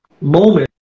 moment